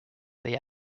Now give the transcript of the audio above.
they